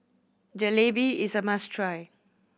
jalebi is a must try